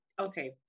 Okay